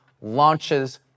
launches